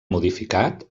modificat